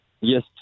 Yes